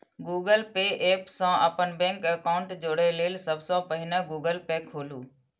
Google Pay app सं अपन bank account जोड़य लेल सबसं पहिने गूगल पे खोलू